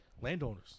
Landowners